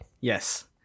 Yes